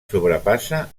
sobrepassa